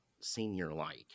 senior-like